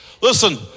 Listen